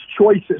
choices